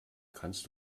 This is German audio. kannst